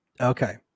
okay